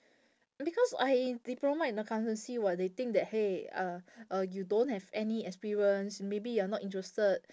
because I diploma in accountancy [what] they think that !hey! uh uh you don't have any experience maybe you're not interested